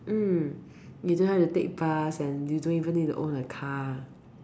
mm you don't have to take bus and you don't even need to own a car